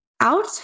out